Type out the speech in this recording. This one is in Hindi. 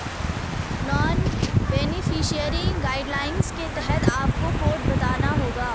नॉन बेनिफिशियरी गाइडलाइंस के तहत आपको कोड बताना होगा